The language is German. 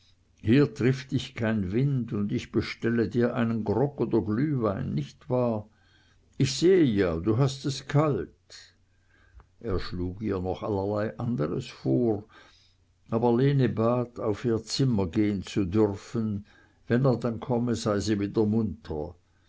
hier trifft dich kein wind und ich bestelle dir einen grog oder glühwein nicht wahr ich sehe ja du hast es kalt er schlug ihr noch allerlei andres vor aber lene bat auf ihr zimmer gehn zu dürfen wenn er dann komme sei sie wieder munter